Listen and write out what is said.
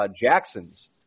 Jackson's